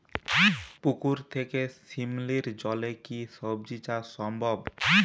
পুকুর থেকে শিমলির জলে কি সবজি চাষ সম্ভব?